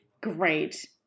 great